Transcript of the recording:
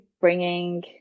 bringing